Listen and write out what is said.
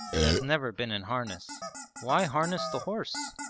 it has never been in harness why harness the horse?